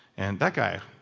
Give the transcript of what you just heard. and that guy,